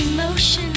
Emotion